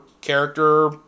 character